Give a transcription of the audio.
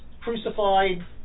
crucified